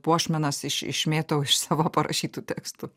puošmenas iš išmėtau iš savo parašytų tekstų